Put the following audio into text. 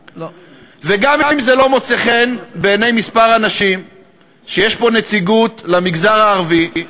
וגם אם לא מוצא חן בעיני כמה אנשים שיש פה נציגות למגזר הערבי,